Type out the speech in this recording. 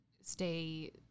stay